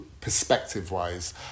perspective-wise